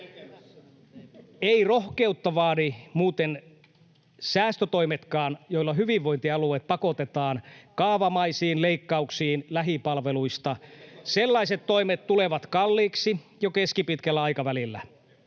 Eivät rohkeutta vaadi muuten säästötoimetkaan, joilla hyvinvointialueet pakotetaan kaavamaisiin leikkauksiin lähipalveluista. [Ben Zyskowiczin välihuuto] Sellaiset toimet tulevat kalliiksi jo keskipitkällä aikavälillä.